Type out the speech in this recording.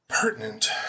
pertinent